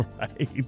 Right